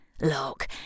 look